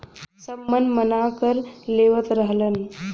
सब मनमाना कर लेवत रहलन